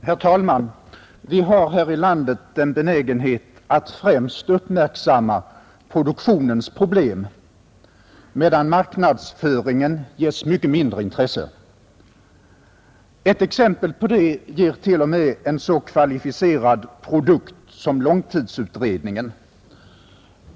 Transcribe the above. Herr talman! Vi har här i landet en benägenhet att främst uppmärksamma produktionens problem, medan marknadsföringen ägnas mycket mindre intresse. Ett exempel på detta ger t.o.m. en så kvalificerad produkt som långtidsutredningen.